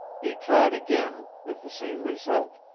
he tried again, with the same result,